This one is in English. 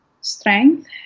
strength